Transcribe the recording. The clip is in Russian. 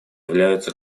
являются